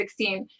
2016